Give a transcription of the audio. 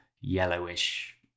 yellowish